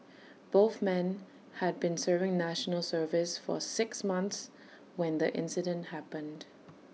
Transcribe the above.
both men had been serving National Service for six months when the incident happened